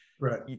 Right